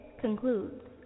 concludes